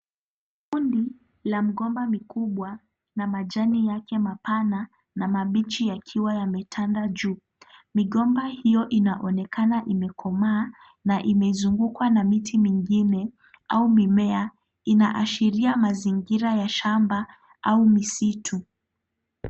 Kungu la mgomba ni kubwa na majani yake ni mapana na mabichi yakiwa yametanda juu ,migomba hiyo inaonekana imekomaa na imezungukwa na miti mingine au mimea inaashiria mazingira ya shamba au misitu .